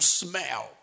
smell